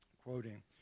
quoting